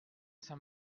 saint